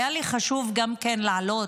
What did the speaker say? היה לי חשוב גם כן לעלות,